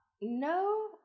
No